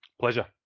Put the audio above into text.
Pleasure